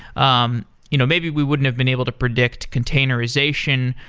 um you know maybe we wouldn't have been able to predict containerization.